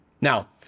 Now